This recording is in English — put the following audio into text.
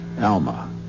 Alma